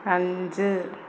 അഞ്ച്